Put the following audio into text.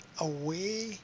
away